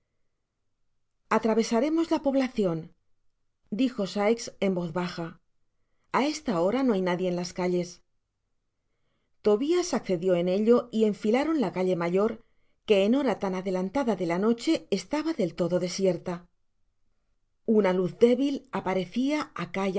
atravesaremos la poblacion dijo sikes en voz baja a esta hora no hay nadie en las calles tobias accedió en ello y enfilaron la calle mayor que en hora tan adelantada de la noche estaba del todo desierta una luz debil aparecia